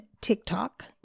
TikTok